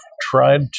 tried